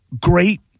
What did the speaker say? great